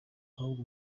ahubwo